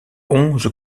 onze